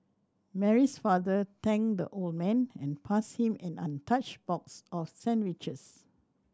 Mary's father thanked the old man and passed him an untouched box of sandwiches